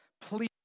please